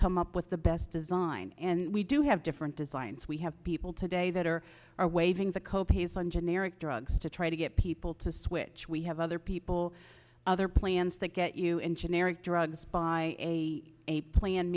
come up with the best design and we do have different designs we have people today that are are waiving the co pays on generic drugs to try to get people to switch we have other people other plans that get you in generic drugs by a a plan